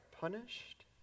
punished